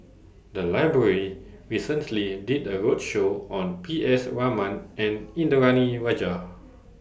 The Library recently did A roadshow on P S Raman and Indranee Rajah